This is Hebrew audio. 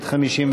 תחבורה,